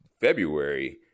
February